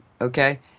Okay